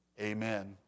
Amen